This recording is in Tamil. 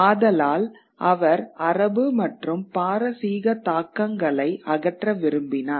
ஆதலால் அவர் அரபு மற்றும் பாரசீக தாக்கங்களை அகற்ற விரும்பினார்